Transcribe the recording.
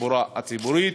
בתחבורה הציבורית,